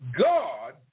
God